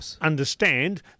understand